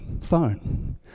phone